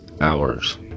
hours